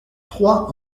trois